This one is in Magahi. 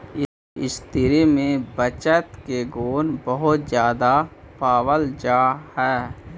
स्त्रि में बचत के गुण बहुत ज्यादा पावल जा हई